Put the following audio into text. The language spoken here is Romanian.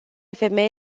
femei